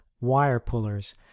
wire-pullers